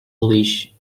leash